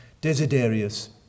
Desiderius